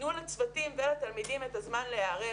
תנו לצוותים ולתלמידים את הזמן להיערך.